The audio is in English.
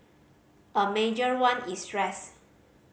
a major one is stress